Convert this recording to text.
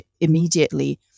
immediately